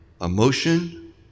emotion